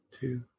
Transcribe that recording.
Two